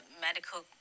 medical